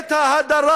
את ההדרה